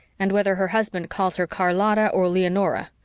and whether her husband calls her charlotta or leonora.